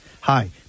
Hi